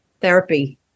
therapy